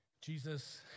Jesus